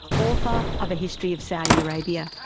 author of a history of saudi arabia.